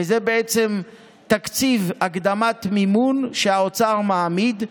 וזה בעצם תקציב הקדמת מימון שהאוצר מעמיד,